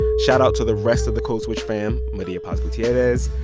shout out to the rest of the code switch fam maria paz gutierrez,